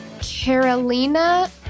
Carolina